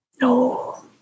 No